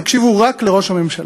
תקשיבו רק לראש הממשלה.